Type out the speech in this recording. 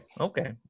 okay